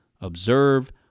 observe